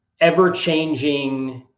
ever-changing